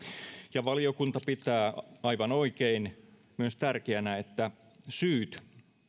valiokunta pitää aivan oikein tärkeänä myös sitä että syyt